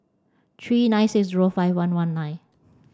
three nine six zero five one one nine